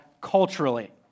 culturally